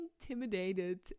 intimidated